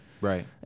right